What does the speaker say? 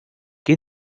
qué